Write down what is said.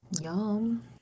Yum